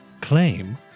claim